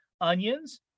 onions